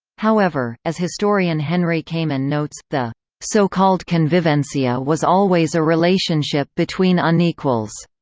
however, as historian henry kamen notes, the so-called convivencia was always a relationship between unequals.